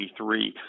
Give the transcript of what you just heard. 1983